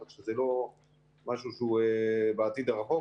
כך שזה לא משהו בעתיד הקרוב,